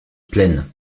pleine